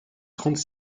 trente